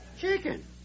Chicken